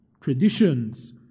traditions